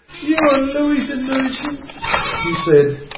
you an' looey's a noosance she said.